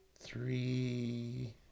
Three